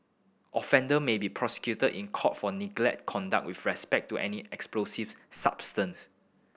offender may be prosecuted in court for negligent conduct with respect to any explosive substance